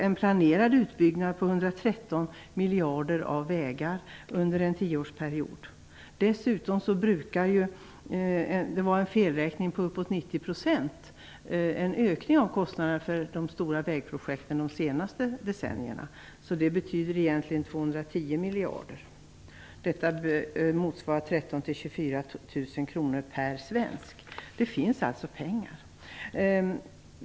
En planerad utbyggnad av vägar skall kosta 113 miljarder kronor under en tioårsperiod. Dessutom har det ju varit en felräkning på uppåt 90 % på ökningen av kostnaderna för de stora vägprojekten de senaste decennierna, så det betyder egentligen 210 miljarder kronor. Detta motsvarar 13 000-24 000 kr per svensk. Det finns alltså pengar.